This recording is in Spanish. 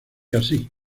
así